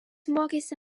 mokėsi